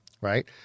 right